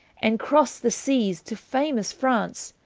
and cross the seas to famous france,